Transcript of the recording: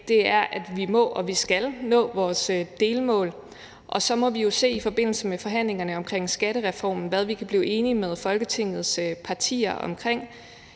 af, er, at vi må og vi skal nå vores delmål, og så må vi jo se i forbindelse med forhandlingerne omkring skattereformen, hvad vi kan blive enige med Folketingets partier om.